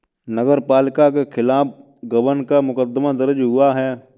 नगर पालिका के खिलाफ गबन का मुकदमा दर्ज हुआ है